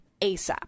ASAP